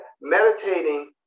meditating